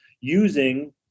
using